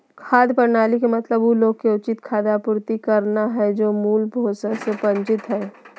खाद्य प्रणाली के मतलब उ लोग के उचित खाद्य आपूर्ति करना हइ जे मूल पोषण से वंचित हइ